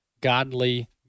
godly